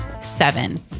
seven